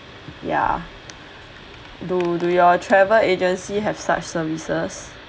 ya do do your travel agency have such services